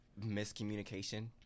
miscommunication